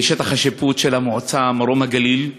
בשטח השיפוט של המועצה מרום-הגליל.